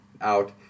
out